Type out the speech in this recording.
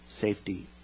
safety